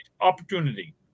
opportunity